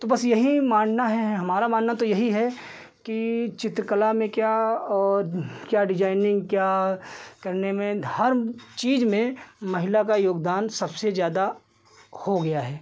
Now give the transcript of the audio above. तो बस यही मानना है हमारा मानना तो यही है कि चित्रकला में क्या और क्या डिज़ाइनिन्ग क्या करने में हर चीज़ में महिला का योगदान सबसे ज़्यादा हो गया है